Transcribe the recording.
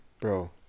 bro